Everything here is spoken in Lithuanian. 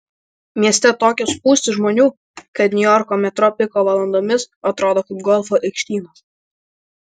mieste tokios spūstys žmonių kad niujorko metro piko valandomis atrodo kaip golfo aikštynas